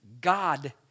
God